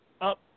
up